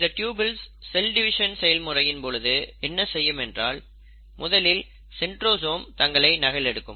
இந்த tubules cell division செயல்முறையின் பொழுது என்ன செய்யும் என்றால் முதலில் சென்ட்ரோசோம் தங்களை நகல் எடுக்கும்